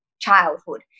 childhood